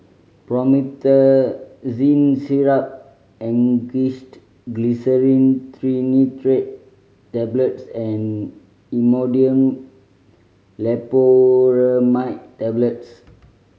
Promethazine Syrup Angised Glyceryl Trinitrate Tablets and Imodium Loperamide Tablets